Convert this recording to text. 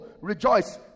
rejoice